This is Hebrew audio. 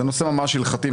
שזה נושא ממש הלכתי,